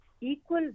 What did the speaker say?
equal